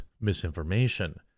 misinformation